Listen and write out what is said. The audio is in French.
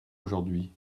aujourd’hui